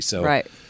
Right